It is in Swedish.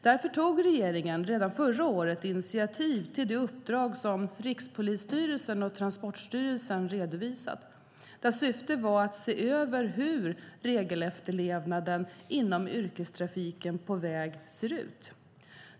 Därför tog regeringen redan förra året initiativ till det uppdrag som Rikspolisstyrelsen och Transportstyrelsen har redovisat, där syftet var att se över hur regelefterlevnaden inom yrkestrafiken på väg ser ut.